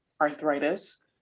arthritis